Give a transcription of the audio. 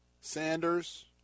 Sanders